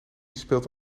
speelt